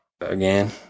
again